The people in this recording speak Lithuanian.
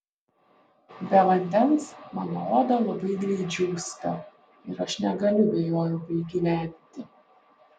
be vandens mano oda labai greit džiūsta ir aš negaliu be jo ilgai gyventi